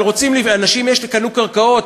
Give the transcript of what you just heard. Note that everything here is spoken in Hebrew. אבל אנשים קנו קרקעות,